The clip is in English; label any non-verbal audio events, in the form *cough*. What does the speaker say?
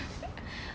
*breath*